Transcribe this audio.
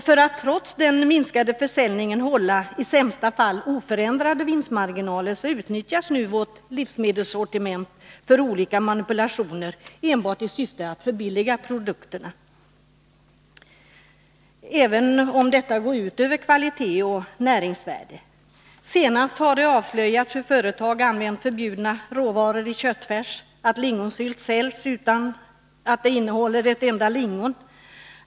För att trots den minskade försäljningen hålla i sämsta fall oförändrade vinstmarginaler utnyttjas nu vårt livsmedelssortiment för olika manipulationer enbart i syfte att förbilliga produkterna, även om detta går ut över kvalitet och näringsvärde. Senast har avslöjats hur företag använt förbjudna råvaror i köttfärs och att det säljs ”lingonsylt” som inte innehåller ett enda lingon.